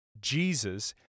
Jesus